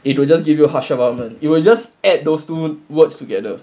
if will just give you a harshral varman it will just add those two words together